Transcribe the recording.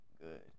good